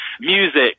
music